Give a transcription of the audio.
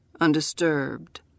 undisturbed